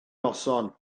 noson